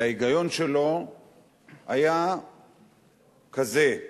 וההיגיון שלו היה כזה: